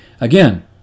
Again